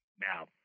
now